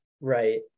Right